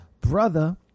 brother